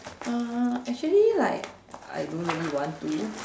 uh actually like I don't really want to